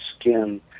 skin